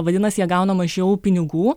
vadinas jie gauna mažiau pinigų